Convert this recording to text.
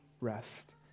rest